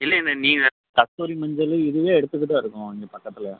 இல்லை இந்த நீங்கள் கஸ்தூரி மஞ்சள் இதுவே எடுத்துக்கிட்டு தான் இருக்கோம் இங்கே பக்கத்தில்